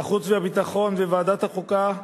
החוץ והביטחון וועדת החוקה,